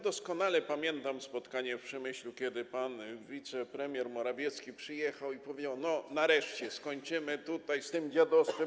Doskonale pamiętam spotkanie w Przemyślu, kiedy pan wicepremier Morawiecki przyjechał i powiedział: nareszcie skończymy tutaj z tym dziadostwem,